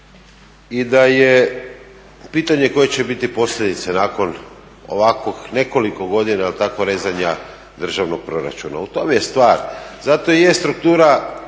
i da je pitanje koje će biti posljedice nakon ovako nekoliko godina tako rezanja državnog proračuna, u tom je stvar. Zato i je struktura